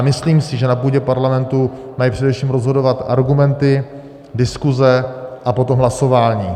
Myslím si, že na půdě parlamentu mají především rozhodovat argumenty, diskuse a potom hlasování.